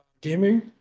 gaming